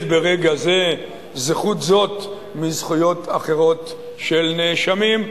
ברגע זה זכות זו מזכויות אחרות של נחקרים.